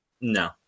No